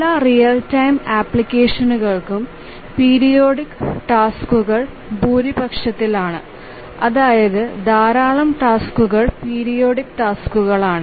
എല്ലാ real time ആപ്ലിക്കേഷനുകൾക്കും periodic ടാസ്ക്കുകൾ ഭൂരിപക്ഷത്തിലാണ് അതായത് ധാരാളം ടാസ്ക്കുകൾ പീരിയോഡിക് ടാസ്ക്കുകളാണ്